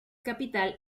capital